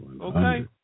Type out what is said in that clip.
Okay